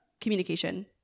communication